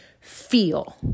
feel